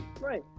right